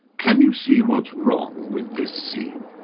can you see what's wrong with this scene?